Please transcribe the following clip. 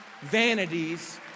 vanities